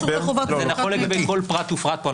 זה נכון לגבי כל פרט ופרט פה,.